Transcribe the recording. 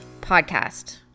podcast